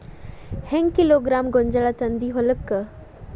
ಹೆಂಗ್ ಕಿಲೋಗ್ರಾಂ ಗೋಂಜಾಳ ತಂದಿ ಹೊಲಕ್ಕ?